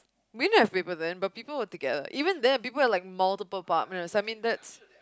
we didn't have paper then but people were together even then people had like multiple partners I mean that's